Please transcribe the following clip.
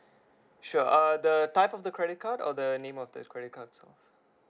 sure err the type of the credit card or the name of the credit cards of